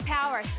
Power